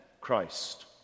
Christ